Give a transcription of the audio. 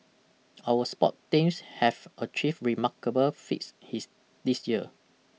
our sport teams have achieved remarkable feats his this year